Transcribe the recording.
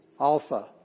Alpha